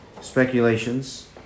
speculations